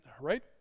right